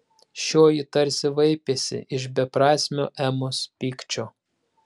šioji tarsi vaipėsi iš beprasmio emos pykčio